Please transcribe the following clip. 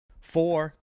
four